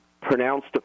pronounced